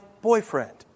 boyfriend